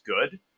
good